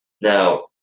Now